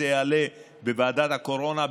זה יעלה בוועדת הקורונה,